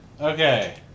Okay